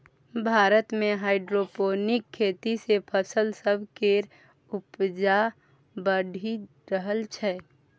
भारत मे हाइड्रोपोनिक खेती सँ फसल सब केर उपजा बढ़ि रहल छै